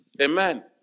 Amen